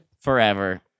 forever